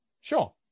Sure